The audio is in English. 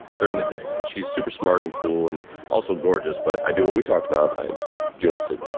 during the day and she's super smart and cool and also gorgeous. but i do what we talked about. i do not sleep.